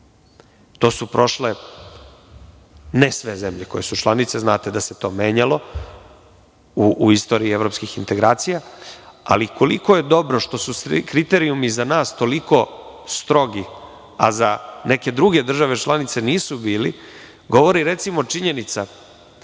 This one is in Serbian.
To su prošle ne sve zemlje koje su članice, znate da se to menjalo u istoriji evropskih integracija, ali koliko je dobro, što su svi kriterijumi za nas toliko strogi, a za neke druge države članice nisu bili govori, recimo, činjenica